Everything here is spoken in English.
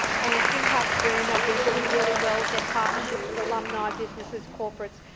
and impact boom have been doing really well with their partnerships with alumni businesses, corporate,